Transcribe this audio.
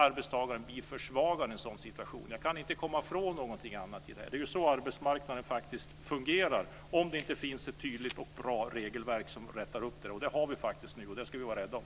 Arbetstagaren blir alltså försvagad i en sådan situation. Jag kan inte komma ifrån det. Det är så arbetsmarknaden faktiskt fungerar om det inte finns ett tydligt och bra regelverk som rättar till det. Det har vi faktiskt nu, och det ska vi vara rädda om.